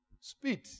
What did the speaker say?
Speed